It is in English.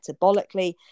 metabolically